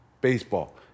baseball